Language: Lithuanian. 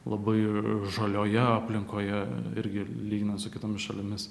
labai ir žalioje aplinkoje irgi lyginant su kitomis šalimis